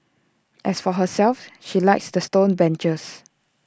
as for herself she likes the stone benches